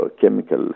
chemical